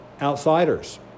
outsiders